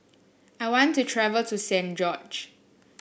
I want to travel to Saint George